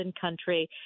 country